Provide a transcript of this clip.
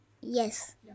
Yes